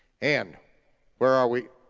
and where are we,